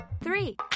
Three